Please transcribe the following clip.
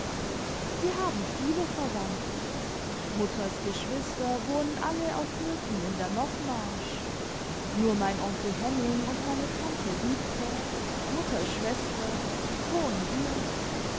wir haben viele verwandte mutters geschwister wohnen alle auf höfen in der nordmarsch nur mein onkel henning und meine tante wiebke mutters schwester wohnen hier